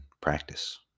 practice